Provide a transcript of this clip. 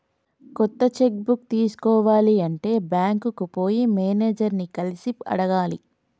కొత్త cheque book తీసుకోవాలి అంటే బ్యాంకుకు పోయి మేనేజర్ ని కలిసి అడగాలి